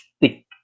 stick